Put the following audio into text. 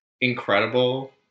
incredible